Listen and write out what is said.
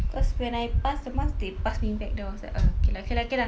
cause when I pass the mask they pass me back then I was like ugh K lah K lah K lah